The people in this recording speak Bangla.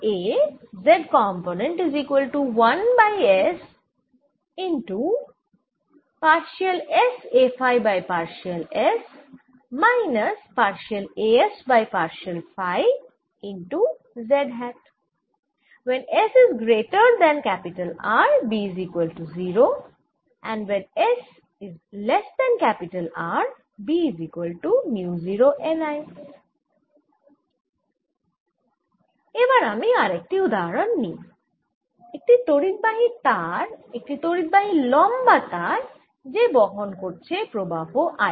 এবার আমি আরেকটি উদাহরন নিই একটি তড়িদবাহী তার একটি তড়িদবাহী লম্বা তার যে বহন করছে প্রবাহ I